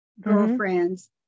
girlfriends